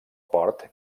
port